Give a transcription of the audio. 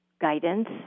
guidance